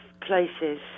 places